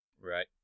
Right